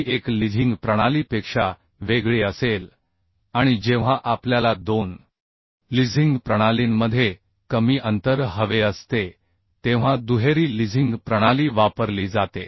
ती एक लिझींग प्रणालीपेक्षा वेगळी असेल आणि जेव्हा आपल्याला दोन लिझिंग प्रणालींमध्ये कमी अंतर हवे असते तेव्हा दुहेरी लिझिंग प्रणाली वापरली जाते